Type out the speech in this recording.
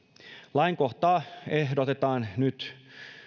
lainkohtaa ehdotetaan nyt